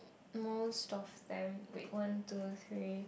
most of them wait one two three